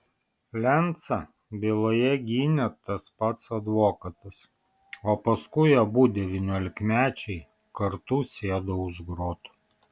lencą byloje gynė tas pats advokatas o paskui abu devyniolikmečiai kartu sėdo už grotų